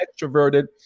extroverted